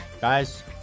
guys